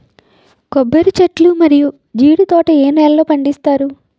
కొబ్బరి చెట్లు మరియు జీడీ తోట ఏ నేలల్లో పండిస్తారు?